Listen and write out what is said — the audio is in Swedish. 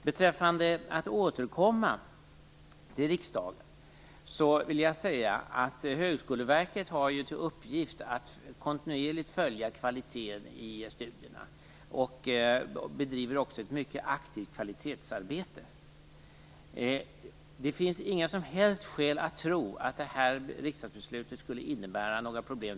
Beträffande det Håkan Holmberg sade om att återkomma till riksdagen vill jag peka på att Högskoleverket har till uppgift att kontinuerligt följa kvaliteten på studierna. Verket bedriver också ett mycket aktivt kvalitetsarbete. Det finns inga som helst skäl att tro att detta riksdagsbeslut skulle innebära några problem.